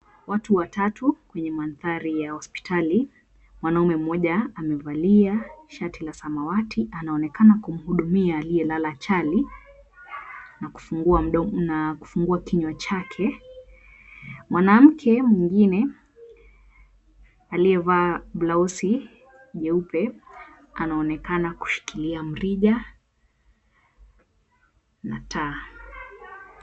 Watu watatu kwenye mandhari ya hospitali. Mwanamume mmoja amevalia shati la samawati, anaonekana kumhudumia aliyelala chali na kufungua kinywa chake. Mwanamke mwingine aliyevaa blausi nyeupe anaonekana kushikilia mrija na taa.